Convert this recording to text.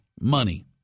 money